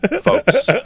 Folks